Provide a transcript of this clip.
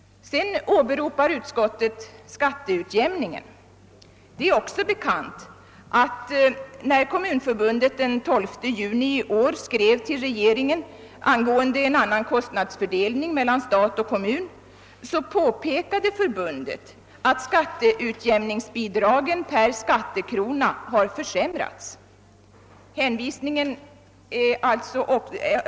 Sedan åberopar utskottet skatteutjämningen. Det är också bekant att när Kommunförbundet den 12 juni i år skrev till regeringen angående en annan kostnadsfördelning mellan stat och kommun så påpekade förbundet att skatteutjämningsbidragen per skattekrona har försämrats.